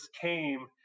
came